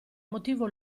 motivo